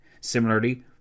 Similarly